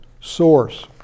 source